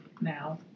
now